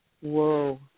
Whoa